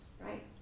right